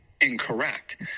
incorrect